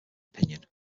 opinion